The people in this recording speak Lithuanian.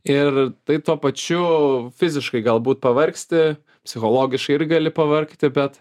ir tai tuo pačiu fiziškai galbūt pavargsti psichologiškai irgi gali pavargti bet